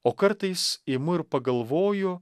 o kartais imu ir pagalvoju